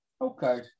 Okay